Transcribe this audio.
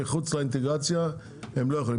מחוץ לאינטגרציה הם לא יכולים.